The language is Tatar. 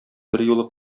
берьюлы